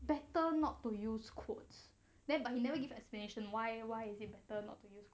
better not to use quotes then but you never give explanation why why is it better not to use